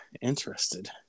interested